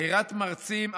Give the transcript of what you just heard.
בחירת מרצים,